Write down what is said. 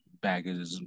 baggage